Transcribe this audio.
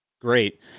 great